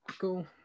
cool